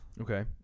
Okay